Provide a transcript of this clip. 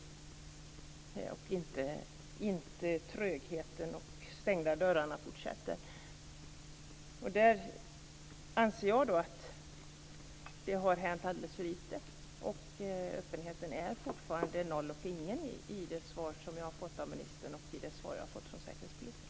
Det ska inte fortsätta med den här trögheten och de stängda dörrarna. Jag anser att det har hänt alldeles för lite. Öppenheten är fortfarande noll och ingen i det svar som jag har fått från ministern och i det svar som jag har fått från